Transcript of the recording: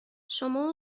شما